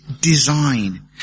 design